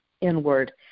inward